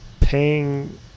paying